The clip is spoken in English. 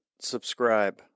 subscribe